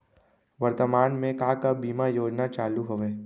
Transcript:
वर्तमान में का का बीमा योजना चालू हवये